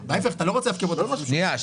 אתה לא רוצה להשקיע אותם ב --- חבר'ה,